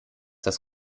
das